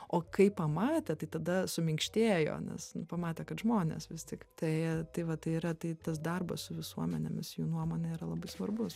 o kai pamatė tai tada suminkštėjo nes pamatė kad žmonės vis tiktai tai va tai yra tai tas darbas su visuomenėmis jų nuomone yra labai svarbus